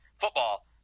Football